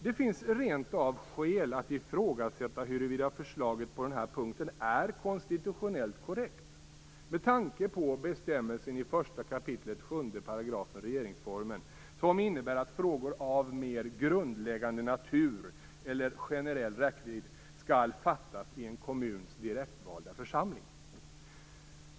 Det finns rent av skäl att ifrågasätta huruvida förslaget på denna punkt är konstitutionellt korrekt med tanke på bestämmelsen i 1 kap. 7 § regeringsformen, som innebär att beslut i frågor av mer grundläggande natur eller med generell räckvidd skall fattas i en kommuns direktvalda församling.